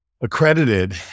accredited